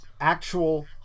actual